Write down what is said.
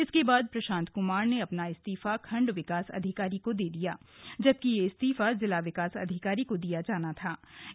इसके बाद प्रशांत कुमार ने अपना इस्तीफा खण्ड विकास अधिकारी को दिया जबकि यह इस्तीफा जिला विकास अधिकारी को दिया जाना चाहिए था